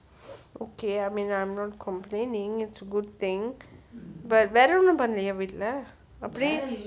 okay I mean I'm not complaining it's good thing but வேற ஒன்னும் பண்ணலயா வீட்டுல:vera onnum pannalayaa veetula